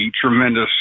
tremendous